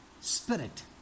Spirit